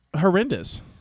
horrendous